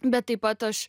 bet taip pat aš